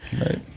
Right